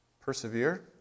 persevere